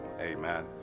Amen